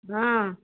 ହଁ